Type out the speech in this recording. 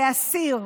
להסיר,